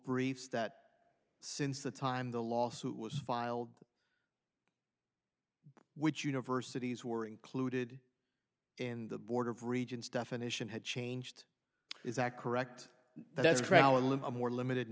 briefs that since the time the lawsuit was filed which universities were included in the board of regents definition had changed is that correct that's relevant more limited